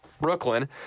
Brooklyn